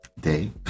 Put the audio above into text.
day